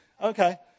Okay